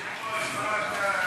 אדוני היושב-ראש, מה אתה,